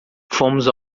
fomos